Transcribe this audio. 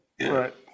Right